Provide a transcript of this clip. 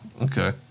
Okay